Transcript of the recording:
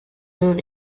moon